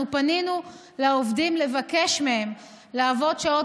אנחנו פנינו לעובדים לבקש מהם לעבוד שעות